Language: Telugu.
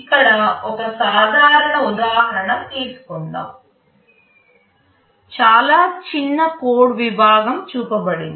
ఇక్కడ ఒక సాధారణ ఉదాహరణ తీసుకుందాం చాలా చిన్న కోడ్ విభాగం చూపబడింది